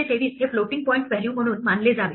523 हे floating point value म्हणून मानले जावे